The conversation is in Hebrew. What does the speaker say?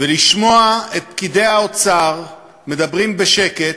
ולשמוע את פקידי האוצר מדברים בשקט,